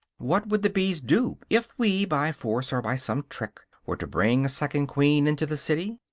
what would the bees do, if we, by force or by some trick, were to bring a second queen into the city?